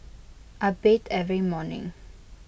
I bathe every morning